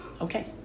Okay